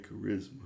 Charisma